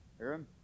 Aaron